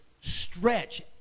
stretch